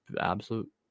absolute